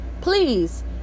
please